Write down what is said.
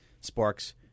sparks